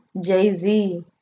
Jay-Z